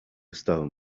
stone